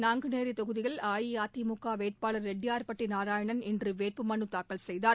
நாங்குநேரி தொகுதியில் அஇஅதிமுக வேட்பாளர் ரெட்டியார்பட்டி நாராயணன் இன்று வேட்புமனு தாக்கல் செய்தார்